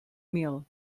mill